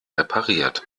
repariert